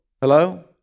Hello